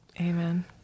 Amen